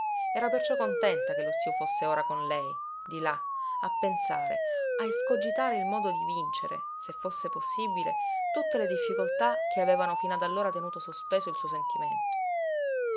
era perciò contenta che lo zio fosse ora con lei di là a pensare a escogitare il modo di vincere se fosse possibile tutte le difficoltà che avevano fino allora tenuto sospeso il suo sentimento